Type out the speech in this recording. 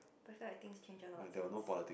that's why I think change a lot of things